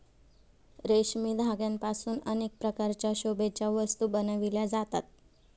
रेशमी धाग्यांपासून अनेक प्रकारच्या शोभेच्या वस्तू बनविल्या जातात